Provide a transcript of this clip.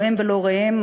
לא הם ולא הוריהם,